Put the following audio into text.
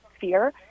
fear